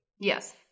Yes